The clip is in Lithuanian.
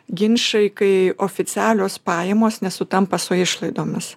ginčai kai oficialios pajamos nesutampa su išlaidomis